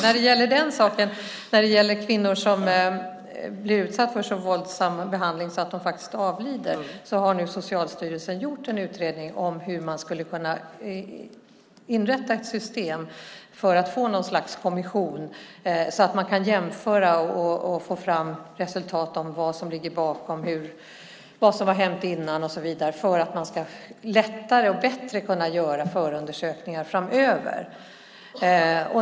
När det gäller kvinnor som blir utsatta för så våldsam behandling att de avlider har nu Socialstyrelsen gjort en utredning om hur man skulle kunna inrätta ett system för att få något slags kommission så att man kan jämföra och få fram resultat i fråga om vad som ligger bakom, vad som har hänt innan och så vidare, för att lättare och bättre kunna göra förundersökningar framöver.